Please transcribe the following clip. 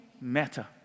matter